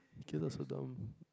the killers were dumb